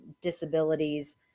disabilities